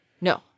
No